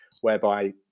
whereby